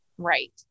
Right